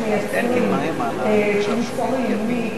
של החומר הממוחזר.